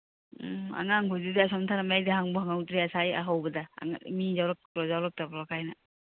ꯎꯝ ꯑꯉꯥꯡꯈꯣꯏꯗꯨꯗꯤ ꯑꯁꯣꯝ ꯊꯅꯝꯃꯦ ꯑꯩꯗꯤ ꯍꯪꯕꯨ ꯍꯪꯉꯨꯗ꯭ꯔꯦ ꯉꯁꯥꯏ ꯍꯧꯕꯗ ꯃꯤ ꯌꯥꯎꯄ꯭ꯔ ꯌꯥꯎꯔꯛꯇꯕ꯭ꯔꯣ ꯀꯥꯏꯅ